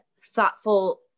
thoughtful